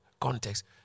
context